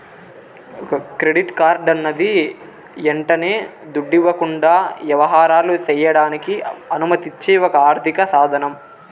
credit కార్డన్నది యంటనే దుడ్డివ్వకుండా యవహారాలు సెయ్యడానికి అనుమతిచ్చే ఒక ఆర్థిక సాదనం